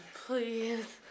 please